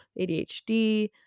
ADHD